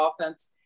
offense